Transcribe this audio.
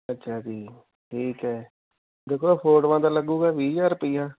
ਅੱਛਾ ਜੀ ਠੀਕ ਹੈ ਦੇਖੋ ਫੋਟੋਆਂ ਦਾ ਲੱਗੂਗਾ ਵੀਹ ਹਜ਼ਾਰ ਰੁਪਇਆ